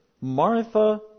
Martha